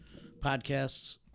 podcasts